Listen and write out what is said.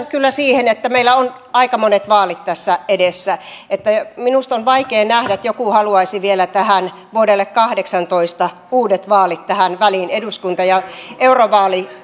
kyllä tuohon niin että meillä on aika monet vaalit tässä edessä minusta on vaikea nähdä että joku haluaisi vielä tähän vuodelle kahdeksantoista uudet vaalit tähän väliin eduskunta ja eurovaalien